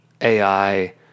AI